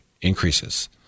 increases